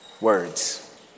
words